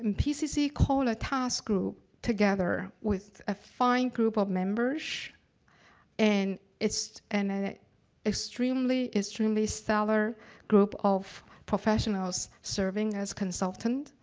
um pcc called a task group together with a fine group of members and it's, and an extremely, extremely stellar group of professionals serving as consultants.